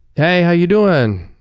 hey, how you doing?